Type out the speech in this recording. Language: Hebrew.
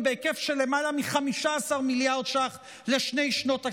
בהיקף של למעלה מ-15 מיליארד ש"ח לשתי שנות התקציב.